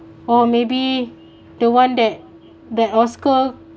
or maybe the one that that oscar